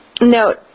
Note